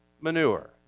manure